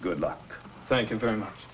good luck thank you very much